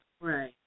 Right